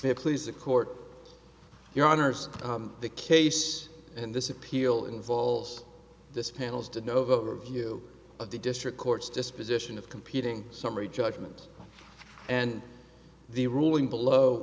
to please the court your honors the case and this appeal involves this panel's to nova view of the district court's disposition of competing summary judgment and the ruling below